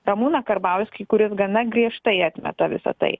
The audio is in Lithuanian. ramūną karbauskį kuris gana griežtai atmeta visa tai